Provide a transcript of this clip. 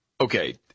Okay